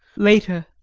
later.